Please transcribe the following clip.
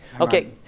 Okay